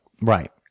right